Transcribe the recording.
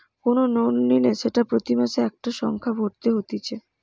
কোন লোন নিলে সেটা প্রতি মাসে একটা সংখ্যা ভরতে হতিছে